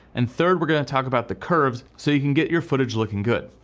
and third we're gonna talk about the curves so you can get your footage looking good.